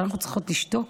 שאנחנו צריכות לשתוק?